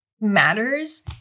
matters